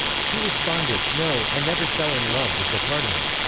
she responded, no, i never fell in love with the cardinal.